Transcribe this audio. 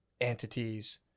entities